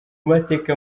mateka